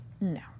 no